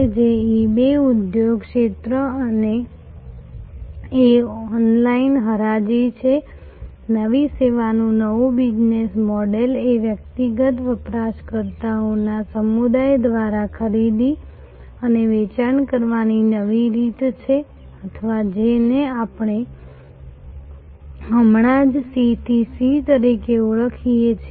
તેથી eBay ઉદ્યોગ ક્ષેત્ર એ ઓનલાઈન હરાજી છે નવી સેવા નવું બિઝનેસ મોડલ એ વ્યક્તિગત વપરાશકર્તાઓના સમુદાય દ્વારા ખરીદી અને વેચાણ કરવાની નવી રીત છે અથવા જેને આપણે હમણાં જ C થી C તરીકે ઓળખીએ છીએ